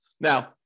Now